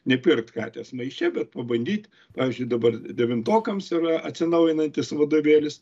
nepirkt katės maiše bet pabandyt pavyzdžiui dabar devintokams yra atsinaujinantis vadovėlis